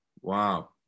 Wow